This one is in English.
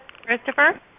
Christopher